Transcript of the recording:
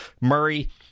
Murray